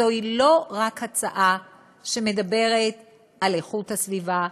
זו לא רק הצעה שמדברת על איכות הסביבה,